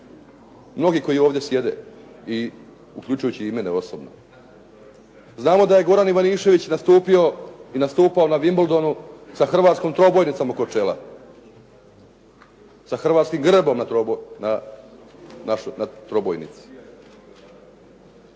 mnogi koji ovdje sjede, uključujući i mene osobno. Znamo da je Goran Ivanišević nastupio i nastupao na Wimbledonu sa hrvatskom trobojnicom oko čela, sa hrvatskim grbom na trobojnici.